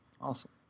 Awesome